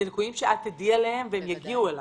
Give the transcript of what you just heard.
אלה ליקויים שתדעי עליהם, שיגיעו אלייך?